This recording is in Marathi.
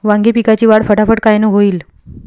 वांगी पिकाची वाढ फटाफट कायनं होईल?